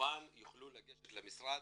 כמובן יוכלו לגשת למשרד,